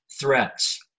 threats